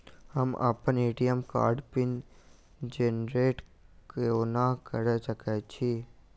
हम अप्पन ए.टी.एम कार्डक पिन जेनरेट कोना कऽ सकैत छी?